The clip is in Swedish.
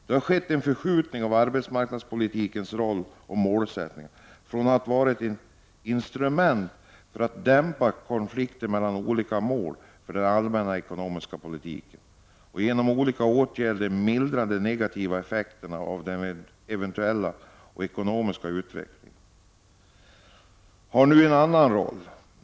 Det har skett en förskjutning av arbetsmarknadspolitikens roll och målsättningar. Från att ha varit ett instrument för att dämpa konflikterna mellan olika mål för den allmänna ekonomiska politiken och genom olika åtgärder mildra de negativa effekterna av den industriella och ekonomiska utvecklingen, har den nu en annan roll.